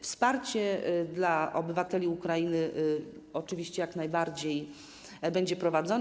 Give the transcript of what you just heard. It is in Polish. Wsparcie dla obywateli Ukrainy oczywiście jak najbardziej będzie udzielane.